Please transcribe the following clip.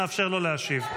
נאפשר לו להשיב.